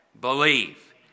believe